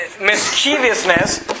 mischievousness